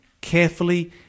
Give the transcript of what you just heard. carefully